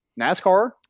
NASCAR